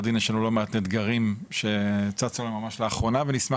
הדין יש לנו לא מעט אתגרים שצצו ממש לאחרונה ונשמח